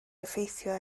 effeithio